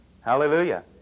Hallelujah